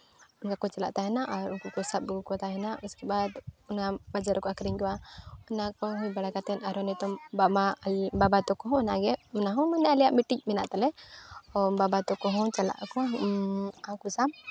ᱚᱸᱰᱮ ᱠᱚ ᱪᱟᱞᱟᱜ ᱛᱟᱦᱮᱱᱟᱜ ᱟᱨ ᱩᱱᱠᱩ ᱠᱚ ᱥᱟᱵ ᱟᱹᱜᱩ ᱠᱚ ᱛᱟᱦᱮᱱᱟᱜ ᱩᱥᱠᱮ ᱵᱟᱫᱽ ᱚᱱᱟ ᱵᱟᱡᱟᱨ ᱨᱮᱠᱚ ᱟᱹᱠᱷᱨᱤᱧ ᱠᱚᱣᱟ ᱚᱱᱟ ᱠᱚ ᱦᱩᱭ ᱵᱟᱲᱟ ᱠᱟᱛᱮᱫ ᱟᱨ ᱦᱚᱸ ᱱᱤᱛᱚᱜ ᱵᱟᱝᱢᱟ ᱵᱟᱵᱟ ᱛᱟᱠᱚ ᱦᱚᱸ ᱚᱱᱟᱜᱮ ᱚᱱᱟ ᱦᱚᱸ ᱢᱟᱱᱮ ᱟᱞᱮᱭᱟᱜ ᱢᱤᱫᱴᱮᱱ ᱢᱮᱱᱟᱜ ᱛᱟᱞᱮᱭᱟ ᱵᱟᱵᱟ ᱛᱟᱠᱚ ᱦᱚᱸ ᱪᱟᱞᱟᱜ ᱟᱠᱚ ᱦᱟᱹᱠᱩ ᱥᱟᱵ